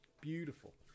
beautiful